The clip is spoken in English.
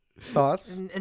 Thoughts